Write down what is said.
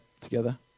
together